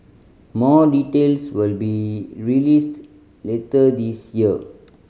more details will be released later this year